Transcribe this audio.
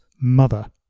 mother